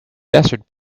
desert